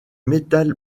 metal